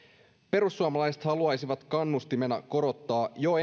perussuomalaiset haluaisivat kannustimena korottaa jo